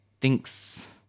thinks